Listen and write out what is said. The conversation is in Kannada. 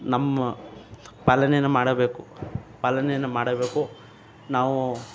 ನಮ್ಮ ಪಾಲನೆಯನ್ನು ಮಾಡಬೇಕು ಪಾಲನೆಯನ್ನು ಮಾಡಬೇಕು ನಾವು